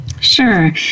Sure